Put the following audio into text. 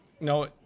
No